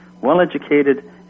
well-educated